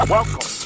Welcome